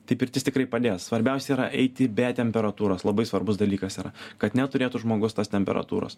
tai pirtis tikrai padės svarbiausia yra eiti be temperatūros labai svarbus dalykas yra kad neturėtų žmogus tos temperatūros